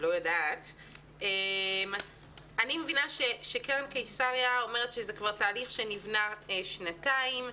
אני מבינה שקרן קיסריה אומרת שזה תהליך שכבר נבנה במשך שנתיים.